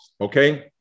Okay